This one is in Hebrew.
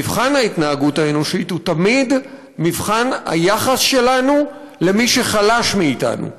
מבחן ההתנהגות האנושית הוא תמיד מבחן היחס שלנו למי שחלש מאתנו,